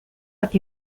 like